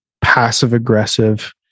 passive-aggressive